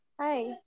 Hi